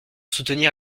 soutenir